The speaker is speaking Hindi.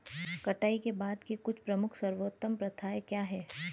कटाई के बाद की कुछ प्रमुख सर्वोत्तम प्रथाएं क्या हैं?